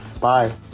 bye